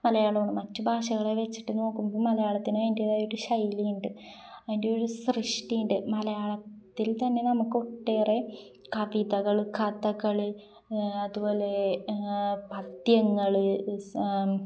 മലയാളമാണ് മറ്റു ഭാഷകളെ വച്ചിട്ട് നോക്കുമ്പോൾ മലയാളത്തിന് അതിൻ്റെതായ ഒരു ശൈലി ഉണ്ട് അതിൻ്റെ ഒരു സൃഷ്ടി ഉണ്ട് മലയാളത്തിൽ തന്നെ നമുക്ക് ഒട്ടേറെ കവിതകൾ കഥകൾ അതുപോലെ പദ്യങ്ങൾ